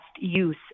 use